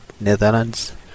netherlands